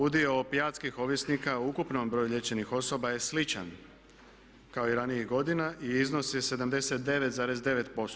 Udio opijatskih ovisnika u ukupnom broju liječenih osoba je sličan kao i ranijih godina i iznosi 79,9%